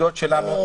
הסיעה?